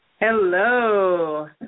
Hello